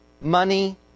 money